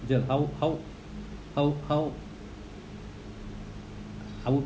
the how how how how I would